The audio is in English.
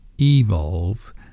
evolve